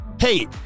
Hey